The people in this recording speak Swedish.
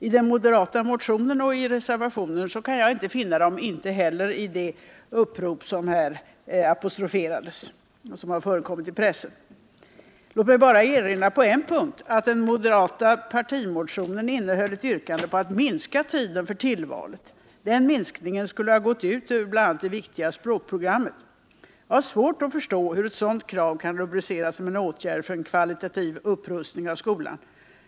I moderaternas motion och reservation kan jag inte finna dem och inte heller i det upprop i pressen som här apostroferades. Låt mig bara på en punkt erinra om att den moderata partimotionen innehöll ett yrkande om att man skulle minska tiden för tillvalet. Den minskningen skulle ha gått ut över bl.a. det viktiga språkprogrammet. Jag har svårt att förstå hur ett sådant förslag kan rubriceras såsom en åtgärd för kvalitativ upprustning av skolan.